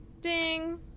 ding